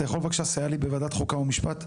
אתה יכול לסייע לי בוועדת חוקה ומשפט?